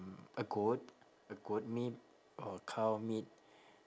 a goat a goat meat or cow meat